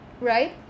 right